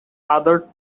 another